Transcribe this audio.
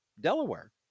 Delaware